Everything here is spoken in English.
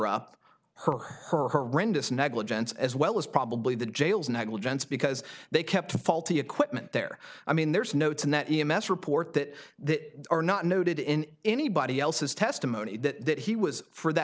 up her her horrendous negligence as well as probably the jail's negligence because they kept faulty equipment there i mean there's notes and that e m s report that they are not noted in anybody else's testimony that he was for that